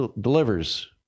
delivers